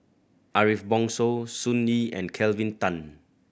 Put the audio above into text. Ariff Bongso Sun Yee and Kelvin Tan